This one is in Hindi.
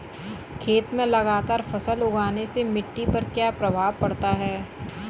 खेत में लगातार फसल उगाने से मिट्टी पर क्या प्रभाव पड़ता है?